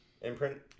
Imprint